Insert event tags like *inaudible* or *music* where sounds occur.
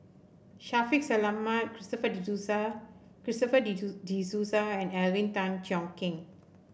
Shaffiq Selamat Christopher De Souza Christopher De *unintelligible* De Souza and Alvin Tan Cheong Kheng